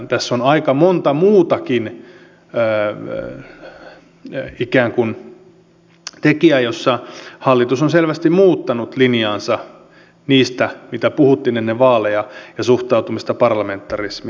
tässä on aika monta muutakin ikään kuin tekijää joissa hallitus on selvästi muuttanut linjaansa niistä mitä puhuttiin ennen vaaleja ja suhtautumista parlamentarismiin